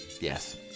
yes